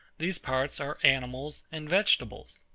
these parts are animals and vegetables.